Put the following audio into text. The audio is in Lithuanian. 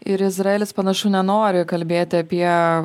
ir izraelis panašu nenori kalbėti apie